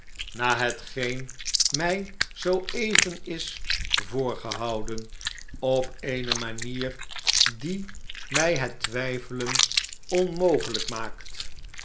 na hetgeen mij zoo even is voorgehouden op eene manier die mi het twijfelen onmogelijk maakt